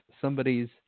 somebody's